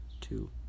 two